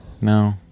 No